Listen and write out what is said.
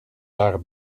daar